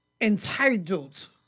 Entitled